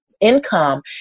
income